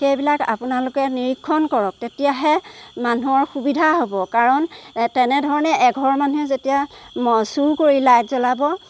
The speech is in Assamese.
সেইবিলাক আপোনালোকে নিৰীক্ষণ কৰক তেতিয়াহে মানুহৰ সুবিধা হ'ব কাৰণ তেনেধৰণে এঘৰ মানুহে যেতিয়া ম চুৰ কৰি লাইট জ্বলাব